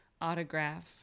autograph